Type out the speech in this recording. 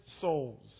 souls